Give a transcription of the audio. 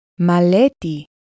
Maleti